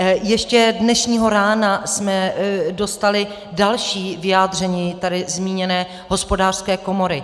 Ještě dnešního rána jsme dostali další vyjádření tady zmíněné Hospodářské komory.